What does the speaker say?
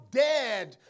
dead